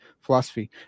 philosophy